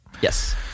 Yes